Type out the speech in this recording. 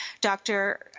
Dr